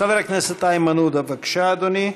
חבר הכנסת איימן עודה, בבקשה, אדוני,